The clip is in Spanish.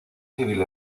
civil